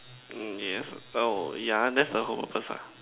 mm yes oh yeah that's the whole purpose lah